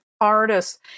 artists